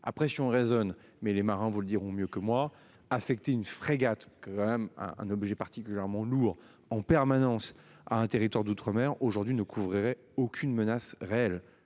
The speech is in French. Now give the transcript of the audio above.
après si on raisonne mais les marins vous le diront mieux que moi affecté une frégate que quand même un, un objet particulièrement lourd en permanence à un territoire d'outre-mer aujourd'hui ne couvrirait aucune menace réelle